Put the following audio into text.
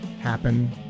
happen